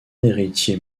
héritier